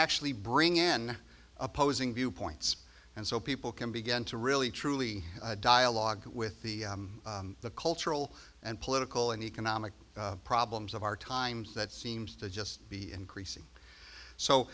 actually bring in opposing viewpoints and so people can begin to really truly dialogue with the cultural and political and economic problems of our times that seems to just be increasing so